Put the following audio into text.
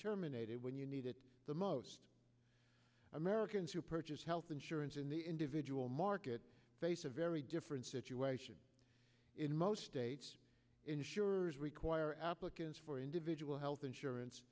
terminated when you need it the most americans who purchase health insurance in the individual market face a very different situation in most states insurers require applicants for individual health insurance